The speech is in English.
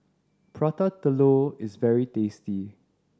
Prata Telur is very tasty